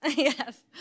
Yes